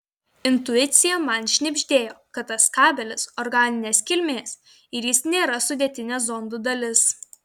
intuicija man šnibždėjo kad tas kabelis organinės kilmės ir jis nėra sudėtinė zondo dalis